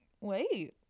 wait